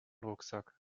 rucksack